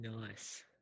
Nice